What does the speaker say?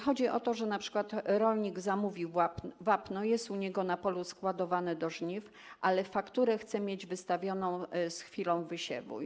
Chodzi o to, że np. rolnik zamówił wapno, jest ono u niego na polu składowane do żniw, ale fakturę chce mieć wystawioną z chwilą wysiewu.